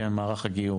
כן, מערך הגיור.